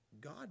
God